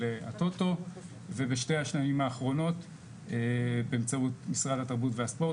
הטוטו ובשתי השנים האחרונות באמצעות משרד התרבות והספורט.